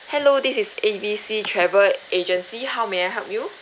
hello this is A_B_C travel agency how may I help you